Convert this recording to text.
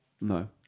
no